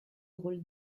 rôle